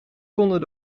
konden